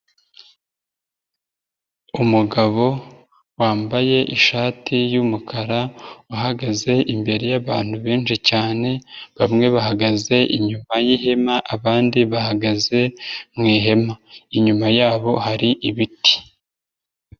Umugabo wambaye ishati y'umukara uhagaze imbere yabantu benshi cyane bamwe bahagaze inyuma yihema abandi bahagaze mu ihema, inyuma yabo hari ibiti.